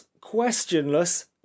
questionless